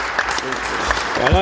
Hvala